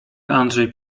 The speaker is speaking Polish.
andrzej